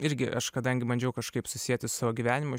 irgi aš kadangi bandžiau kažkaip susieti su savo gyvenimu